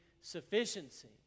sufficiency